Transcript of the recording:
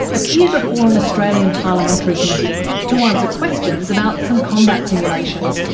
appeared before an australian parliamentary committee to answer questions about some combat simulations,